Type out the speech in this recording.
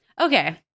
Okay